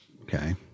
Okay